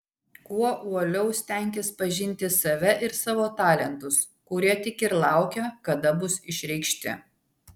kuo uoliau stenkis pažinti save ir savo talentus kurie tik ir laukia kada bus išreikšti